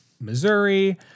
Missouri